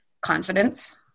confidence